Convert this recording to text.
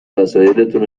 وسایلاتون